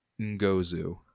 Ngozu